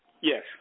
Yes